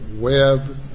web